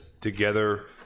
together